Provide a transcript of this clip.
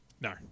No